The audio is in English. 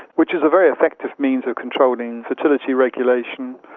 which is a very effective means of controlling fertility regulation,